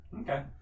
Okay